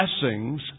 blessings